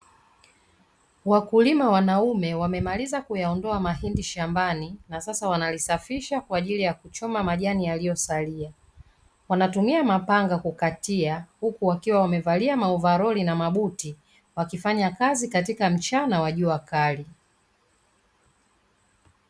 Wakulima wanaume wamemaliza kuyaondoa mahindi shambani na sasa wanalisafisha kwa ajili ya kuchoma majani yaliyosalia, wanatumia mapanga kukatia huku wakiwa wamevalia maovaroli na mabuti wakifanya kazi katika mchana wa jua kali.